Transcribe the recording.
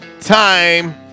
time